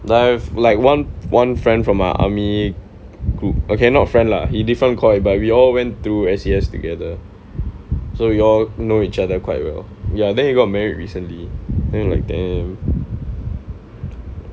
like I've like one one friend from my army group okay not friend lah he different coy but we all went through S_C_S together so we all know each other quite well ya then he got married recently then like damn